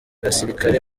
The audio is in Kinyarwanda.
gisilikare